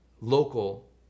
Local